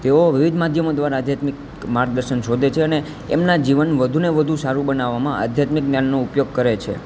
તેઓ વેદ માધ્યમો દ્વારા આધ્યાત્મિક માર્ગદર્શન શોધે છે અને એમનાં જીવન વધું ને વધું સારું બનાવવામાં આધ્યાત્મિક જ્ઞાનનો ઉપયોગ કરે છે